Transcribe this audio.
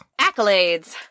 Accolades